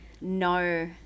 no